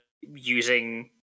using